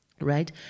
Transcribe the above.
right